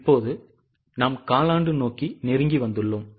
இப்போது நாம் காலாண்டு நோக்கி நெருங்கி வந்துள்ளோம்